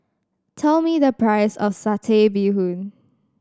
tell me the price of Satay Bee Hoon